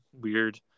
weird